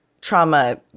trauma